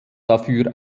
dafür